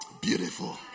Beautiful